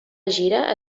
gira